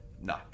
no